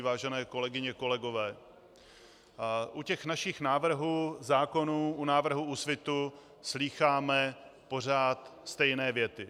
Vážené kolegyně, kolegové, u našich návrhů zákonů, u návrhů Úsvitu, slýcháme pořád stejné věty.